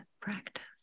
practice